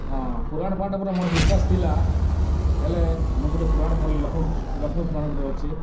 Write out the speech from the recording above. ହଁ ପୁରାଣ ପାଠ୍ ଉପ୍ରେ ମୋର୍ ବିଶ୍ୱାସ୍ ଥିଲା ହେଲେ ମୁଇଁ ଗୁଟେ ପୁରାଣ୍ ପଢ଼ଲି ଲକ୍ଷ୍ମୀ ପୁରାଣ୍ ଗୁଟେ ଅଛେ